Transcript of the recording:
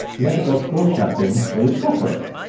the ethical school shopping for your school clothes.